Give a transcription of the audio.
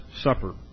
Supper